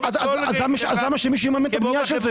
אז למה שמישהו יממן את הבנייה של זה?